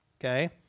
Okay